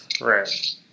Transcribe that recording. Right